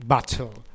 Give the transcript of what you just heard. Battle